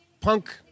punk